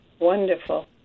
wonderful